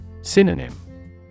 Synonym